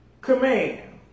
command